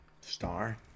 Star